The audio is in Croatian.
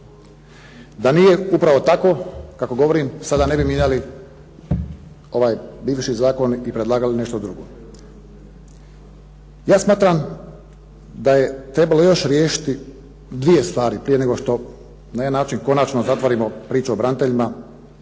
Da nije upravo tako kako govorim, sada ne bi mijenjali ovaj bivši zakon i predlagali nešto drugo. Ja smatram da je trebalo još riješiti dvije stvari prije nego što na jedan način konačno zatvorimo priču o braniteljima